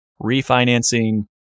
refinancing